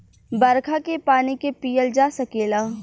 बरखा के पानी के पिअल जा सकेला